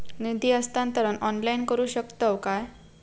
निधी हस्तांतरण ऑनलाइन करू शकतव काय?